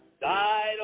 died